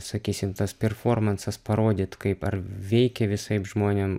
sakysim tas performansas parodyt kaip ar veikia visaip žmonėm